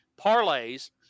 parlays